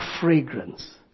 fragrance